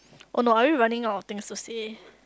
oh no are we running out of things to say